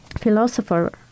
philosopher